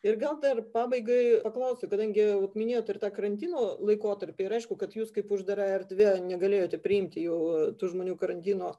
ir gal dar pabaigai paklausiu kadangi vat minėjot ir tą karantino laikotarpį ir aišku kad jūs kaip uždara erdvė negalėjote priimti jau tų žmonių karantino